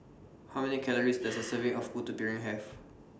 How Many Calories Does A Serving of Putu Piring Have